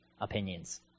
opinions